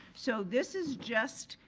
so this is just,